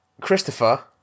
Christopher